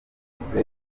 hose